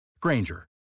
Granger